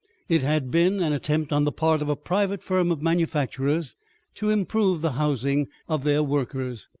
it had been an attempt on the part of a private firm of manufacturers to improve the housing of their workers.